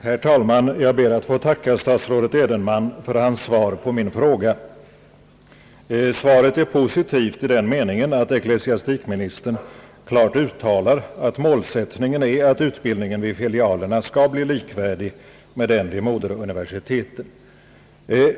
Herr talman! Jag ber att få tacka statsrådet Edenman för hans svar på min fråga. Svaret är positivt i den meningen att ecklesiastikministern klart uttalar att målsättningen är att utbildningen vid filialerna skall bli likvärdig med den vid moderuniversiteten.